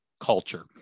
culture